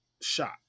shot